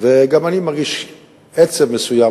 וגם אני מרגיש עצב מסוים,